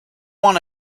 want